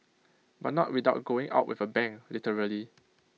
but not without going out with A bang literally